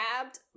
grabbed